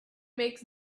makes